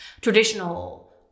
traditional